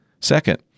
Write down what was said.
Second